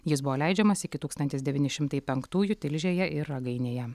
jis buvo leidžiamas iki tūkstantis devyni šimtai penktųjų tilžėje ir ragainėje